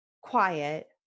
quiet